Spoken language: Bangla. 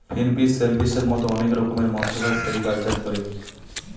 ফিনফিশ, শেলফিসের মত অনেক রকমের মৎস্যচাষ মেরিকালচারে করে